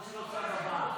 ההצעה להעביר